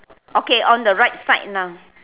okay on the right side now